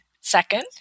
second